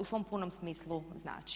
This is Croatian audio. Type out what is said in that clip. u svom punom smislu znači.